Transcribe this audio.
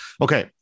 Okay